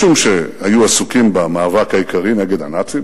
משום שהיו עסוקים במאבק העיקרי נגד הנאצים,